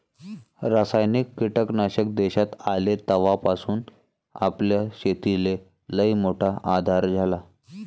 रासायनिक कीटकनाशक देशात आले तवापासून आपल्या शेतीले लईमोठा आधार झाला